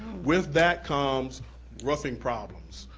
with that comes roofing problems.